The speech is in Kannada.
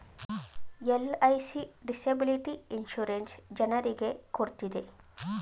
ಎಲ್.ಐ.ಸಿ ಡಿಸೆಬಿಲಿಟಿ ಇನ್ಸೂರೆನ್ಸ್ ಜನರಿಗೆ ಕೊಡ್ತಿದೆ